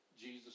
Jesus